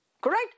Correct